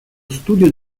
studio